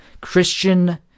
Christian